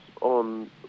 on